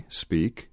speak